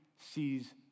sees